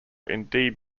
indeed